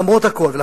למרות הכול.